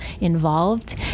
involved